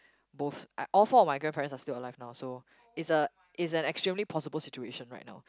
both I all four of my grandparents are still alive now so it's a it's an extremely possible situation right now